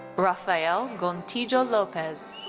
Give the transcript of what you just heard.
raphael gontijo lopes.